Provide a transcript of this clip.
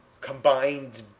combined